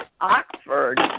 Oxford